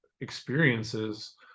experiences